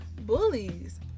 Bullies